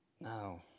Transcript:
No